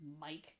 Mike